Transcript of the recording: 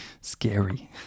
scary